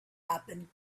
happen